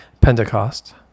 Pentecost